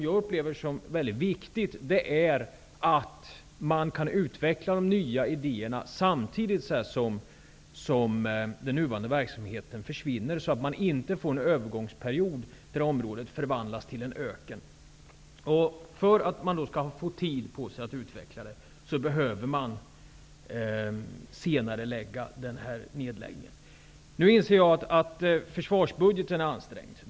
Jag upplever det som mycket viktigt att man kan utveckla de nya idéerna samtidigt som den nuvarande verksamheten försvinner, så att man inte får en övergångsperiod då området förvandlas till en öken. För att man skall få tid på sig att utveckla verksamheten behöver nedläggningen senareläggas. Jag inser att försvarsbudgeten är ansträngd.